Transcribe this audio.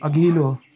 अघिल्लो